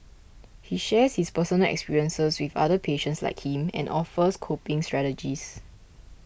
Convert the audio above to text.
he shares his personal experiences with other patients like him and offers coping strategies